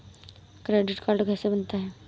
Credit card कैसे बनता है?